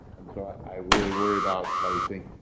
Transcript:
and so i really worry about that we think,